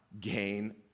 gain